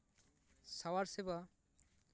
ᱥᱟᱶᱟᱨ ᱥᱮᱵᱟ